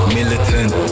Militant